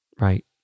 right